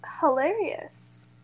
hilarious